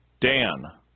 Dan